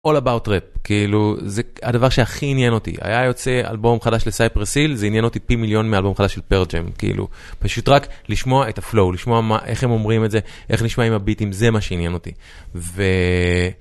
All About Rap, כאילו זה הדבר שהכי עניין אותי, היה יוצא אלבום חדש לסייפרסיל, זה עניין אותי פי מיליון מאלבום חדש של פרל-ג'אם, כאילו פשוט רק לשמוע את הפלואו, לשמוע איך הם אומרים את זה, איך נשמעים הביטים, זה מה שעניין אותי.